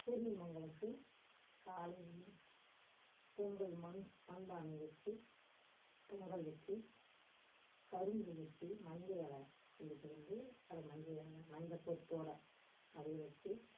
சூரிய மங்களம்க்கு காலையிலேயே பொங்கல் மண் மண் பானை வச்சி பொங்கல் வச்சு கரும்பு வச்சு மஞ்சள் இல கொண்டுட்டு வந்து அது மஞ்சள் இல மஞ்சள் கொத்தோடய அப்படியே வச்சு